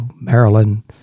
Maryland